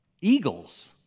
eagles